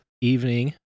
evening